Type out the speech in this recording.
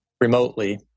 remotely